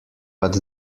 but